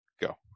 go